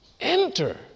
enter